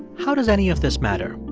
how does any of this matter?